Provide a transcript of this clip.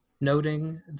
noting